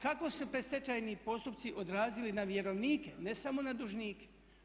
Kako su predstečajni postupci se odrazili na vjerovnike, ne samo na dužnike?